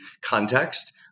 context